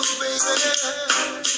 baby